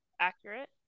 Accurate